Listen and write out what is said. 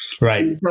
Right